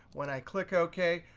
when i click ok,